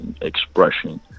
expression